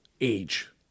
age